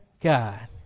God